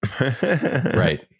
Right